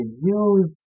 use